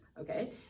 Okay